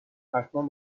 حتمن